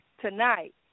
tonight